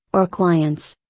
or clients.